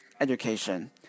education